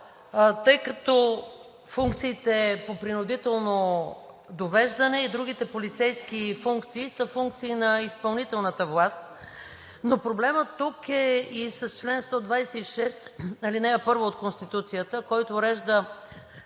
тъй като функциите по принудително довеждане и другите полицейски функции са функции на изпълнителната власт. Проблемът тук е и с чл. 126, ал. 1 от Конституцията, който урежда